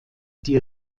die